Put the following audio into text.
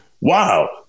wow